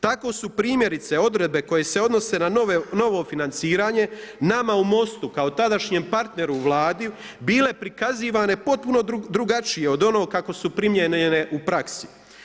Tako su primjerice odredbe koje se odnose na novo financiranje nama u MOST-u kao tadašnjem partneru u Vladi bile prikazivane potpuno drugačije od onog kako su primijenjene u praksi.